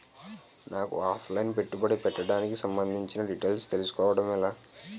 నాకు offline పెట్టుబడి పెట్టడానికి సంబందించిన డీటైల్స్ తెలుసుకోవడం ఎలా?